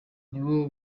nibo